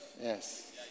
Yes